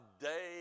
day